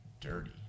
dirty